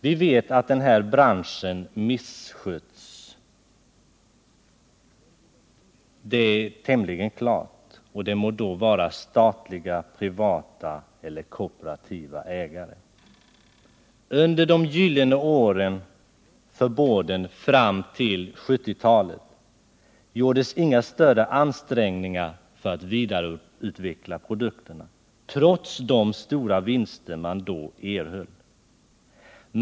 Vi vet att den här branschen missköts — det må sedan vara statliga, privata eller kooperativa ägare. Under de gyllene åren för boarden fram till 1970-talet gjordes inga större ansträngningar för att vidareutveckla produkterna, trots de stora vinster man då erhöll.